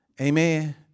amen